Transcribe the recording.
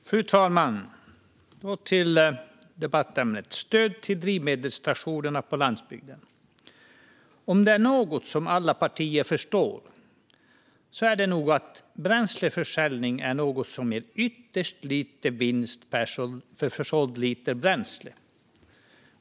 Fru talman! Denna debatt handlar om stöd till drivmedelsstationer på landsbygderna. Om det är något som alla partier förstår är det nog att bränsleförsäljning är något som ger ytterst lite vinst per försåld liter bränsle.